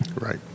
Right